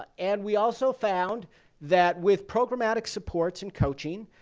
ah and we also found that, with programmatic supports and coaching,